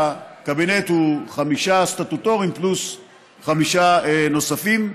הקבינט הוא חמישה סטטוטוריים פלוס חמישה נוספים.